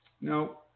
No